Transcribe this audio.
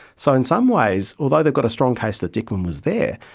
so in some ways, although they've got a strong case that dickman was there,